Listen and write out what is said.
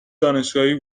دانشگاهی